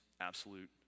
absolute